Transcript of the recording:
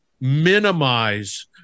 minimize